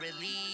release